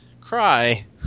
cry